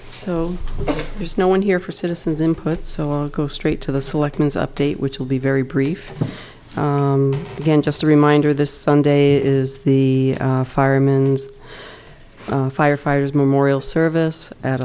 so there's no one here for citizens input so i'll go straight to the selections update which will be very brief again just a reminder this sunday is the fireman's firefighters memorial service at